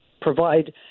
provide